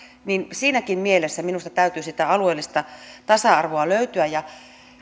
siinäkin mielessä minusta täytyy sitä alueellista tasa arvoa löytyä ja